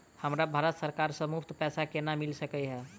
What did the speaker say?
हमरा भारत सरकार सँ मुफ्त पैसा केना मिल सकै है?